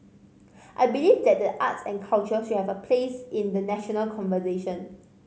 I believe that the arts and culture should have a place in the national conversation